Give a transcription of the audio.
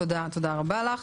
תודה רבה לך.